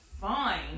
fine